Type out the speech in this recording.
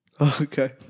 Okay